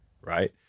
right